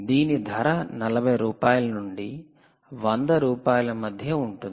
దీని ధర 40 రూపాయల నుండి 100 రూపాయల మధ్య ఉంటుంది